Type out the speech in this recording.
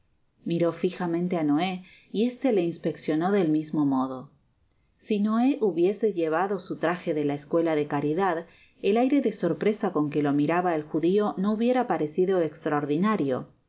miró fijamente á noé y éste le inspeccionó del mismo modo si noé hubiese llevado su traje de la escuela de caridad el aire de sorpresa con que le miraba el judio no hubiera parecido extraordinario